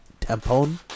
tampon